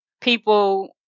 people